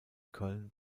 köln